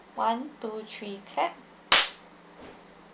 one two three clap